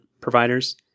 providers